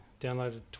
downloaded